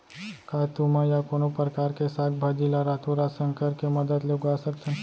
का तुमा या कोनो परकार के साग भाजी ला रातोरात संकर के मदद ले उगा सकथन?